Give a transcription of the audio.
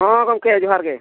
ᱦᱮᱸ ᱜᱚᱢᱠᱮ ᱡᱚᱦᱟᱨ ᱜᱮ